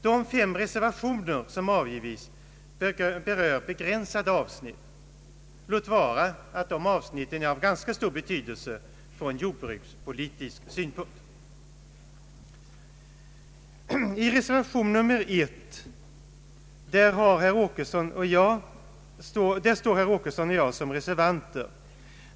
De fem reservationer som avgivits berör begränsade avsnitt, låt vara att dessa avsnitt är av ganska stor betydelse ur jordbrukspolitisk synpunkt. Beträffande reservationen I står herr Åkesson och jag som reservanter.